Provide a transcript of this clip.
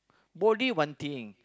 body one thing